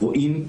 רואים,